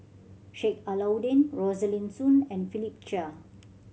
Sheik Alau'ddin Rosaline Soon and Philip Chia